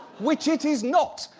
which it is not,